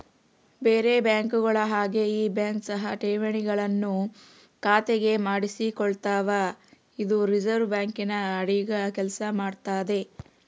ಬೇರೆ ಬ್ಯಾಂಕುಗಳ ಹಾಗೆ ಈ ಬ್ಯಾಂಕ್ ಸಹ ಠೇವಣಿಗಳನ್ನು ಖಾತೆಗೆ ಮಾಡಿಸಿಕೊಳ್ತಾವ ಇದು ರಿಸೆರ್ವೆ ಬ್ಯಾಂಕಿನ ಅಡಿಗ ಕೆಲ್ಸ ಮಾಡ್ತದೆ